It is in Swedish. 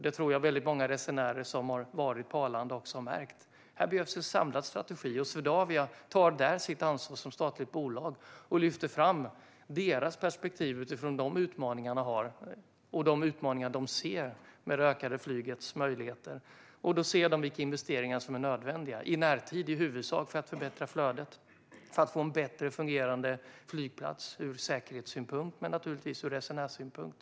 Det tror jag att väldigt många resenärer som har varit på Arlanda också har märkt. Det behövs en samlad strategi, och Swedavia tar där sitt ansvar som statligt bolag och lyfter fram sitt perspektiv utifrån de utmaningar man har och ser med det ökade flygets möjligheter. Då ser man vilka investeringar som är nödvändiga. I närtid handlar det huvudsakligen om att förbättra flödet och få en bättre fungerande flygplats, både ur säkerhets och ur resenärssynpunkt.